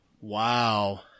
Wow